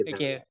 Okay